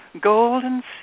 golden